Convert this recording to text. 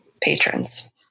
patrons